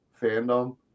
fandom